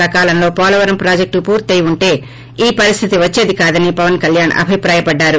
సకాలంలో పోలవరం ప్రాజెక్టు పూర్తయి ఉంటే ఈ పరిస్దితి వచ్చేది కాదని పవన్ కల్యాణ్ అభిప్రాయపడ్డారు